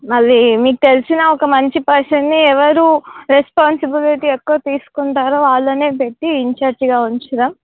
మళ్ళీ మీకు తెలిసిన ఒక మంచి పర్సన్ని ఎవరు రెస్పాన్సిబిలిటీ ఎక్కువ తీసుకుంటారో వాళ్ళనే పెట్టి ఇన్చార్జిగా ఉంచుదాము